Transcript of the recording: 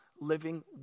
living